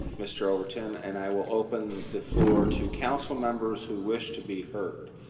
mr. overton. and i will open the floor to council members who wish to be heard.